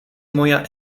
moja